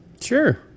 Sure